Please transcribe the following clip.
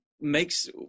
makes